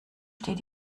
steht